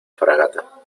fragata